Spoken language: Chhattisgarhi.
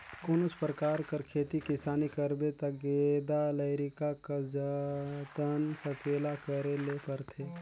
कोनोच परकार कर खेती किसानी करबे ता गेदा लरिका कस जतन संकेला करे ले परथे